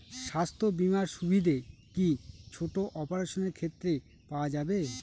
স্বাস্থ্য বীমার সুবিধে কি ছোট অপারেশনের ক্ষেত্রে পাওয়া যাবে?